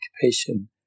occupation